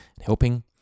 helping